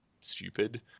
stupid